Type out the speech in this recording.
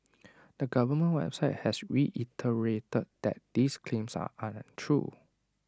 the government website has reiterated that these claims are untrue